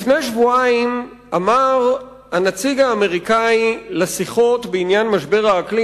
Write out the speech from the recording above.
לפני שבועיים אמר הנציג האמריקני לשיחות בעניין משבר האקלים,